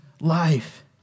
life